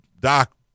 Doc